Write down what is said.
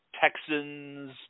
Texans